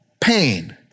pain